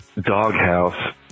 doghouse